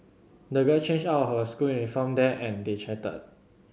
the girl changed out of her school uniform there and they chatted